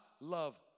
love